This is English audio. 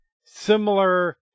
similar